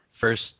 first